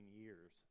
years